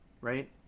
right